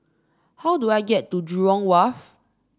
how do I get to Jurong Wharf